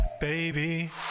baby